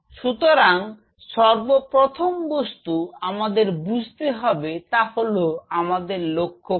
সুতরাং সর্বপ্রথম বস্তু আমাদের বুঝতে হবে তা হলো আমাদের লক্ষ্য কি